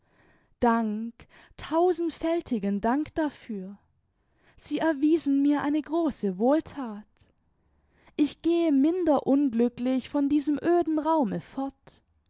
dank tausendfältigen dank dafür sie erwiesen mir eine große wohlthat ich gehe minder unglücklich von diesem öden raume fort